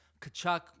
Kachuk